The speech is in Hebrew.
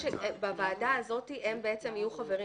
בוועדה הזאת הם יהיו חברים.